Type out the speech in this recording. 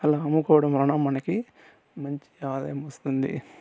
అలా అమ్ముకోవడం వలన మనకి మంచి ఆదాయం వస్తుంది